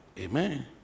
Amen